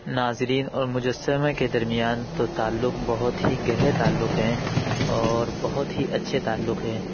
ناظرین اور مجسمے کے درمیان تو تعلق بہت ہی گہرے تعلق ہیں اور بہت ہی اچھے تعلق ہیں